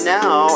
now